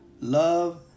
love